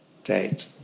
Date